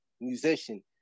musician